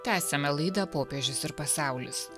tęsiame laidą popiežius ir pasaulis